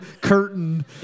curtain